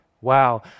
Wow